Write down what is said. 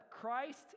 Christ